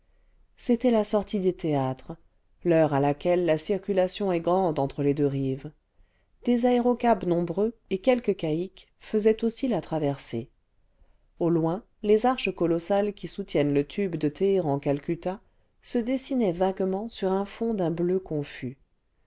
c'était la sortie des théâtres l'heure à laquelle la circulation est grande entre les deux rives des aérocabs nombreux et quelques caïques faisaient aussi la traversée au loin les arches colossales qui soutiennent le tube de téhéran calcutta se dessinaient vaguement sur un fond d'un bleu confus